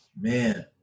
Man